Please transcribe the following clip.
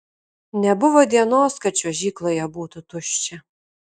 nebuvo dienos kad čiuožykloje būtų tuščia